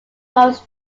most